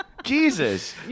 Jesus